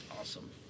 awesome